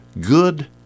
good